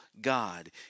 God